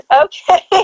Okay